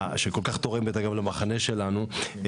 שכל-כך תורמת למחנה שלנו,